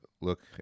look